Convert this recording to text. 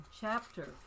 chapter